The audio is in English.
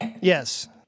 Yes